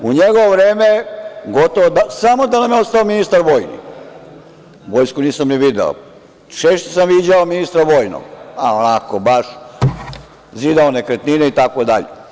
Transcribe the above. U njegovo vreme, samo da je ostao ministar vojni, a Vojsku nisam ni video, češće sam viđao ministra vojnog, onako baš, zidao nekretnine itd.